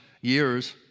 years